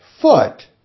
Foot